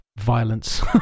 violence